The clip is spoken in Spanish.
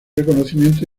reconocimiento